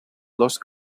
lost